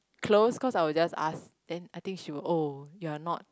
close cause I will just ask then she will just oh you are not